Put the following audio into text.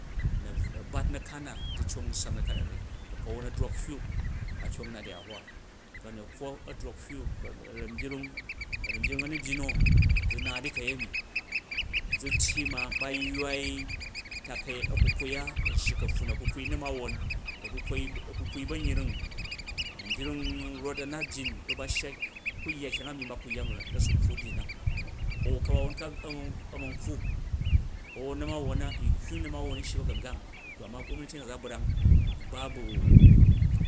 a̱bat na̱kan na zu cong n sang na̱kan na ni ku ka̱won a̱ drok hyuu a̱ tyong nat di a̱hur ku̱ a̱nyekkwo a̱ drok hyuu, ku a̱ranbyung a̱ranbyung a̱ nu byin no zu naat dika̱yemi zu̱ tyyi ma ba yywai takai a̱kukwai ma̱mawon a̱kukwai, a̱kukwai ba̱nyring, a̱mbyung rot a̱ nat layin rot ba hya ku yya kyang a̱ myimm ba kụ yya mini ba na̱su kkwa u byin na, au ka̱bawon ka au-a̱ man kkwu au na̱mawon na, nhyuu ma̱mawon a̱n shyi ba̱gungang to ama gomnati na za brangu̱ ba bu̱